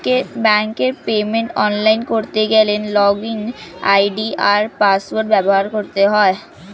ব্যাঙ্কের পেমেন্ট অনলাইনে করতে গেলে লগইন আই.ডি আর পাসওয়ার্ড ব্যবহার করতে হয়